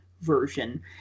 version